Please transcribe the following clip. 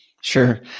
sure